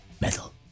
metal